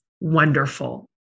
wonderful